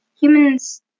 Humans